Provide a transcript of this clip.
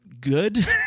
good